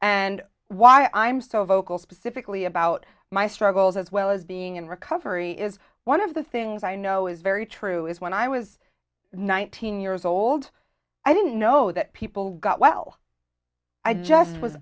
and why i'm so vocal specifically about my struggles as well as being in recovery is one of the things i know is very true is when i was nineteen years old i didn't know that people got well i just was